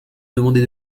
demander